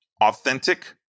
authentic